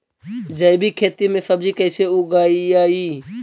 जैविक खेती में सब्जी कैसे उगइअई?